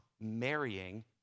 marrying